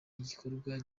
igikorwa